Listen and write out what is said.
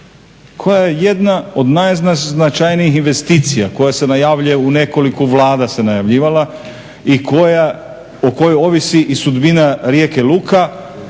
koja je jedna od najznačajnijih investicija koja se najavljuje u nekoliko Vlada se najavljivala i o kojoj ovisi i sudbina Rijeke luka